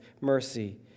mercy